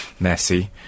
Messi